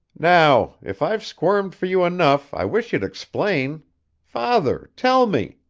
now, if i've squirmed for you enough, i wish you'd explain father, tell me!